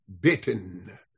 bitten